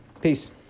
Peace